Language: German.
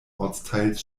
ortsteils